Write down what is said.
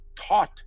taught